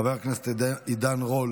חבר הכנסת עידן רול,